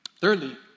Thirdly